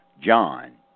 John